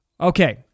Okay